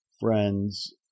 friends